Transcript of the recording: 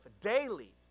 daily